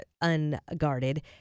unguarded